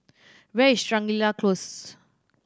where is Shangri La Close